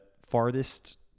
farthest